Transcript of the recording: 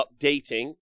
updating